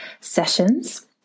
sessions